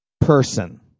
person